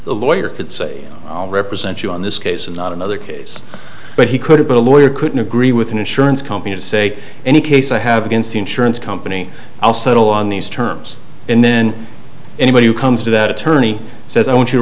the lawyer would say i'll represent you on this case and not another case but he could have been a lawyer couldn't agree with an insurance company to say any case i have against the insurance company i'll settle on these terms and then anybody who comes to that attorney says i want you